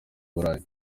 burayi